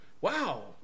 wow